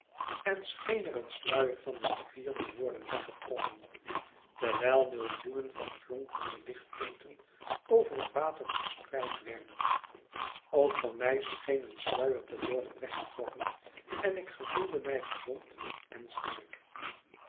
en scheen er een sluier van de rivier te worden weggetrokken terwijl millioenen van flonkerende lichtpunten over het water verspreid werden ook van mij scheen een sluier te worden weggetrokken en ik gevoelde mij gezond en sterk